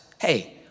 Hey